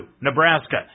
Nebraska